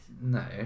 No